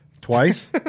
Twice